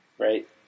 right